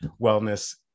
wellness